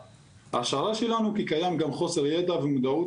ההשערה שלנו כי קיים גם חוסר ידע ומודעות